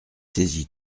saisi